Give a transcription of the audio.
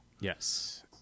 Yes